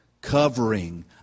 covering